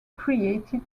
created